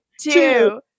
two